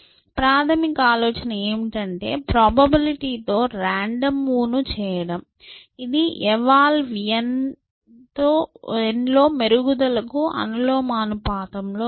ప్రాథమిక ఆలోచన ఏమిటంటే ప్రాబబిలిటీతో రాండమ్ మూవ్ ను చేయడం ఇది ఎవాల్ n లో మెరుగుదలకు అనులోమానుపాతంలో ఉంటుంది